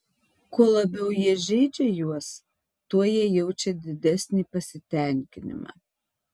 kuo labiau jie žeidžia juos tuo jie jaučia didesnį pasitenkinimą